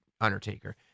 Undertaker